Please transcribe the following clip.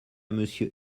monsieur